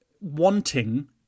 wanting